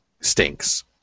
stinks